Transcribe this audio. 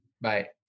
bye